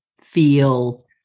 feel